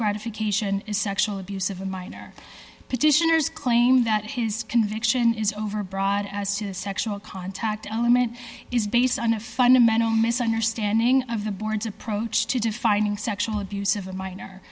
gratification is sexual abuse of a minor petitioners claim that his conviction is overbroad as to sexual contact element is based on a fundamental misunderstanding of the board's approach to defining sexual abuse of a